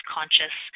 Conscious